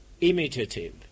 imitative